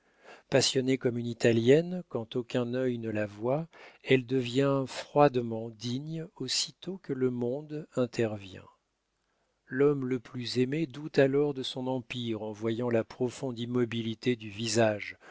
passionnée comme une italienne quand aucun œil ne la voit elle devient froidement digne aussitôt que le monde intervient l'homme le plus aimé doute alors de son empire en voyant la profonde immobilité du visage